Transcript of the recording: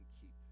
keep